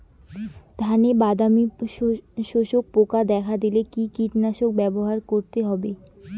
ধানে বাদামি শোষক পোকা দেখা দিলে কি কীটনাশক ব্যবহার করতে হবে?